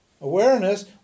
awareness